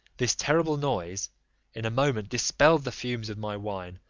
this terrible noise in a moment dispelled the fumes of my wine,